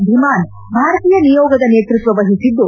ಧಿಮಾನ್ ಭಾರತೀಯ ನಿಯೋಗದ ನೇತೃತ್ವ ವಹಿಸಿದ್ದು